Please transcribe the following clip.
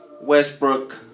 Westbrook